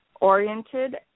oriented